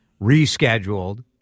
rescheduled